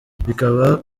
bikaba